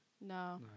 No